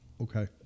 Okay